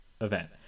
event